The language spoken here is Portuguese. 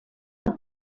uma